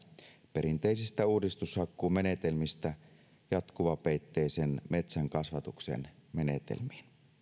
perinteisistä uudistushakkuumenetelmistä jatkuvapeitteisen metsänkasvatuksen menetelmiin